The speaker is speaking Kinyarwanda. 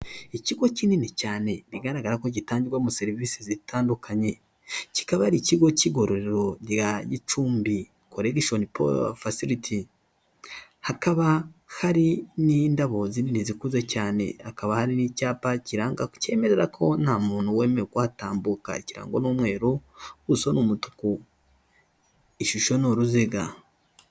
Ikigo kinini cyane bigaragara ko gitangirwamo serivisi zitandukanye, kikaba ari ikigo cy'igororero rya Gicumbi Corregitional Facility, hakaba hari n'indabo zi nini zikuze cyane, hakaba hari n'icyapa kiranga, cyemerera ko nta muntu wemerewe kuhatambuka, ikirango ni umweruru, ubuso ni umutuku, ishusho ni uruziga.